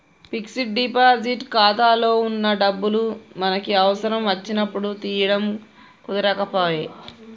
fixed deposit ఖాతాలో వున్న డబ్బులు మనకి అవసరం వచ్చినప్పుడు తీయడం కుదరకపాయె